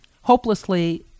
hopelessly